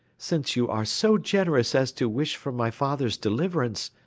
since you are so generous as to wish for my father's deliverance,